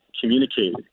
communicated